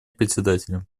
председателя